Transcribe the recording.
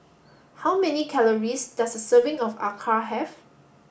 how many calories does a serving of Acar have